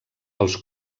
els